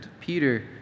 Peter